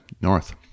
north